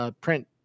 print